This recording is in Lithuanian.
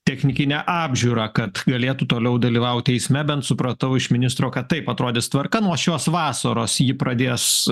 technikinę apžiūrą kad galėtų toliau dalyvauti eisme bent supratau iš ministro kad taip atrodys tvarka nuo šios vasaros ji pradės